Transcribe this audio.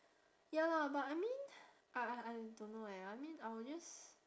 ya lah but I mean I I I don't know eh I mean I will just